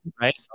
right